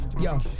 Yo